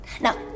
Now